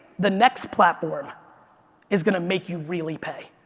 the next platform is going to make you really pay.